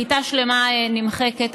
כיתה שלמה נמחקת,